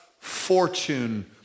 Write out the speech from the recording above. fortune